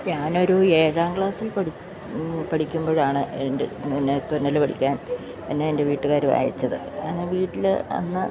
ഞാനൊരു ഏഴാം ക്ലാസ്സിൽ പഠിക്കുമ്പോഴാണ് എൻ്റെ തുന്നൽ പഠിക്കാൻ എന്നെ എൻ്റെ വീട്ടുകാരും അയച്ചത് എന്നെ വീട്ടിൽ അന്ന്